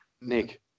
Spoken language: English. Nick